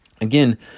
Again